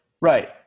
Right